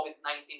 COVID-19